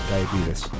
diabetes